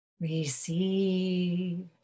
receive